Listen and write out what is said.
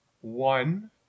one